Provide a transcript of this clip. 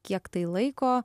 kiek tai laiko